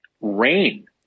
rain